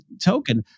token